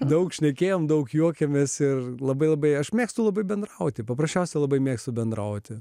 daug šnekėjome daug juokėmės ir labai labai aš mėgstu labai bendrauti paprasčiausiai labai mėgstu bendrauti